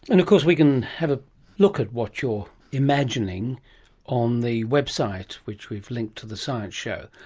and of course we can have a look at what you are imagining on the website, which we've linked to the science show.